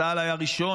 צה"ל היה הראשון,